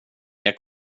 jag